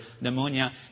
pneumonia